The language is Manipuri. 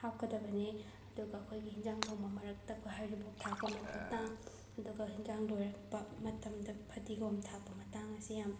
ꯍꯥꯞꯀꯗꯕꯅꯦ ꯑꯗꯨꯒ ꯑꯩꯈꯣꯏꯒꯤ ꯍꯤꯟꯖꯥꯡ ꯊꯣꯡꯕ ꯃꯔꯛꯇ ꯑꯩꯈꯣꯏ ꯍꯩꯔꯤꯕꯣꯞ ꯊꯥꯛꯄ ꯃꯠ ꯃꯇꯥꯡ ꯑꯗꯨꯒ ꯍꯤꯟꯖꯥꯡ ꯂꯣꯏꯔꯛꯄ ꯃꯇꯝꯗ ꯐꯗꯤꯒꯣꯝ ꯊꯥꯛꯄ ꯃꯇꯥꯡ ꯑꯁꯤ ꯌꯥꯝꯅ